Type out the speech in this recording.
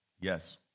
Yes